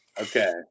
Okay